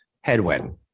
headwind